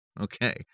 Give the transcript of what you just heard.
Okay